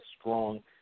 strong